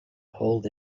hold